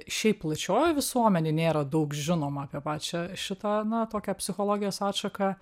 šiaip plačiojoj visuomenėj nėra daug žinoma apie pačią šitą na tokią psichologijos atšaką